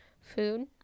food